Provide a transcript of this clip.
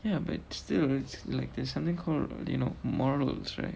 ya but still it's like there's something called you know morals right